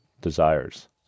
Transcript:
desires